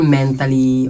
mentally